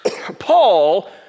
Paul